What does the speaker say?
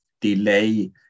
delay